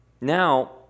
Now